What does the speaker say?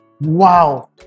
Wow